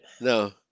No